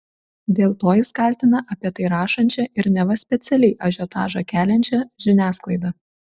dėl to jis kaltina apie tai rašančią ir neva specialiai ažiotažą keliančią žiniasklaidą